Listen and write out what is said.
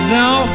now